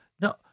no